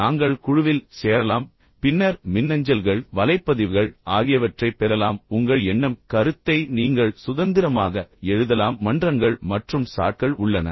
நாங்கள் குழுவில் சேரலாம் பின்னர் மின்னஞ்சல்கள் வலைப்பதிவுகள் ஆகியவற்றைப் பெறலாம் உங்கள் எண்ணம் கருத்தை நீங்கள் சுதந்திரமாக எழுதலாம் மன்றங்கள் மற்றும் சாட்கள் உள்ளன